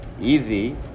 Easy